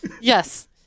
Yes